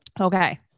okay